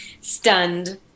Stunned